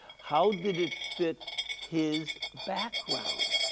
how did it fit his background?